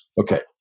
Okay